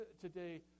today